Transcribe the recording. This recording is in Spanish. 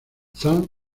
zhang